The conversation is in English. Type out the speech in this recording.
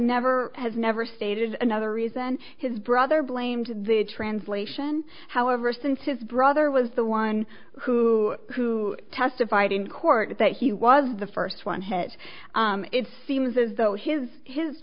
never has never stated another reason his brother blamed the translation however since his brother was the one who testified in court that he was the first one hit it seems as though his his